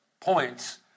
points